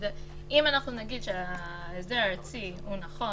אם אנחנו נגיד שההסדר הארצי הוא נכון